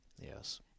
Yes